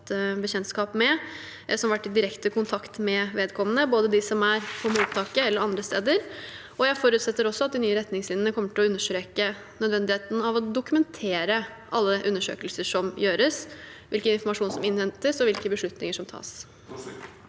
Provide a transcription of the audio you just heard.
de har hatt bekjentskap med, som har vært i direkte kontakt med vedkommende, både på mottaket og andre steder. Jeg forutsetter også at de nye retningslinjene kommer til å understreke nødvendigheten av å dokumentere alle undersøkelser som gjøres, hvilken informasjon som innhentes, og hvilke beslutninger som tas.